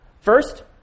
first